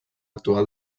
actual